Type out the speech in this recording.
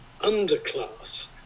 underclass